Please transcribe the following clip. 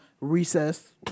recess